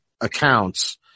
accounts